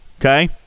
Okay